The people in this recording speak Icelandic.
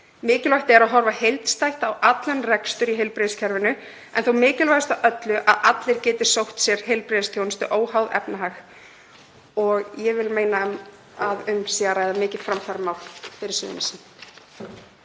Mikilvægt er að horfa heildstætt á allan rekstur í heilbrigðiskerfinu en þó mikilvægast af öllu að allir geti sótt sér heilbrigðisþjónustu óháð efnahag. Ég vil meina að um sé að ræða mikið framfaramál fyrir Suðurnesin.